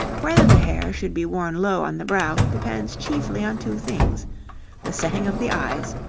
whether the hair should be worn low on the brow depends chiefly on two things the setting of the eyes,